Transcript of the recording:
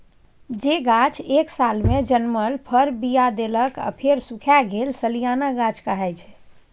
जे गाछ एक सालमे जनमल फर, बीया देलक आ फेर सुखाए गेल सलियाना गाछ कहाइ छै